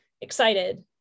excited